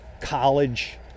college